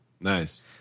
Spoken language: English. Nice